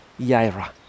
yaira